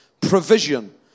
provision